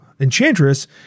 Enchantress